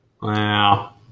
Wow